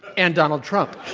and donald trump.